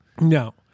No